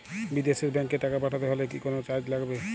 বিদেশের ব্যাংক এ টাকা পাঠাতে হলে কি কোনো চার্জ লাগবে?